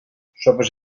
sopes